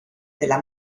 della